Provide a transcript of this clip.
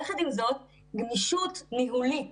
יחד עם זאת, גמישות ניהולית